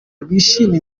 rwishimira